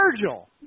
Virgil